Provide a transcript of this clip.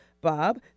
Bob